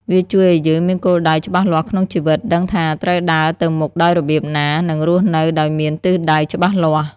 វាជួយឱ្យយើង មានគោលដៅ ច្បាស់លាស់ក្នុងជីវិត ដឹងថាត្រូវដើរទៅមុខដោយរបៀបណា និងរស់នៅដោយមានទិសដៅច្បាស់លាស់។